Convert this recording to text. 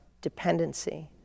dependency